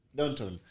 Downtown